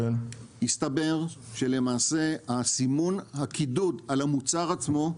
הסתבר שלמעשה הקידוד על המוצר עצמו,